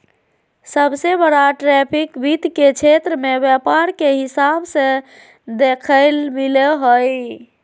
सबसे बड़ा ट्रैफिक वित्त के क्षेत्र मे व्यापार के हिसाब से देखेल मिलो हय